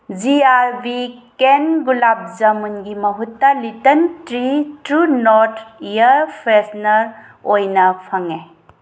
G ꯑꯥꯔ ꯕꯤ ꯀꯦꯟ ꯒꯨꯂꯥꯞ ꯖꯃꯨꯟꯒꯤ ꯃꯍꯨꯠꯇ little tree true north air freshener ꯑꯣꯏꯅ ꯐꯪꯉꯦ